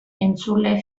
entzule